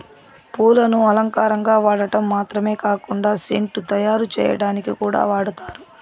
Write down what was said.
పూలను అలంకారంగా వాడటం మాత్రమే కాకుండా సెంటు తయారు చేయటానికి కూడా వాడతారు